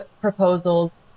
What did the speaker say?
proposals